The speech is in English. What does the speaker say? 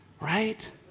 Right